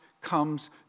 comes